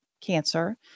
cancer